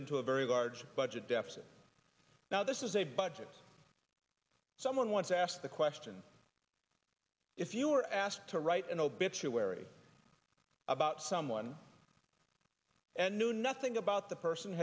into a very large budget deficit now this is a budget someone once asked the question if you were asked to write an obituary about someone and knew nothing about the person